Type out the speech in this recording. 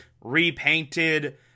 repainted